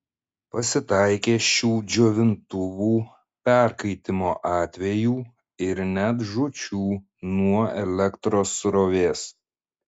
pasitaikė šių džiovintuvų perkaitimo atvejų ir net žūčių nuo elektros srovės